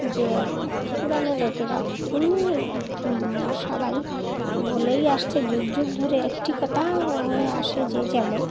যে পুরানো লোকেরা এমনি সবাই বলেই আসছে যুগ যুগ ধরে একটি কথা হয়ে আসে যে যেমন